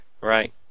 Right